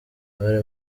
bari